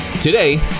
Today